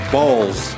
Balls